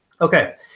Okay